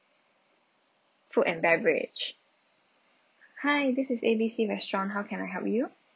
food and beverage hi this is A B C restaurant how can I help you